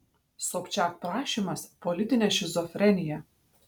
sobčiak prašymas politinė šizofrenija